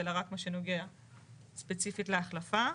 אלא רק מה שנוגע ספציפית להחלפה.